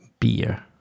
beer